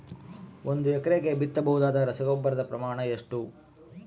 ಒಂದು ಎಕರೆಗೆ ಬಿತ್ತಬಹುದಾದ ರಸಗೊಬ್ಬರದ ಪ್ರಮಾಣ ಎಷ್ಟು?